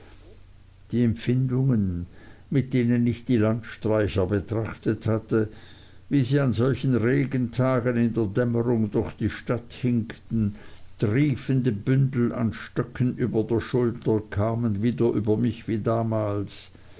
die empfindungen mit denen ich die landstreicher betrachtet hatte wie sie an solchen regentagen in der dämmerung durch die stadt hinkten triefende bündel an stöcken über der schulter kamen wieder über mich wie damals